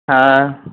হ্যাঁ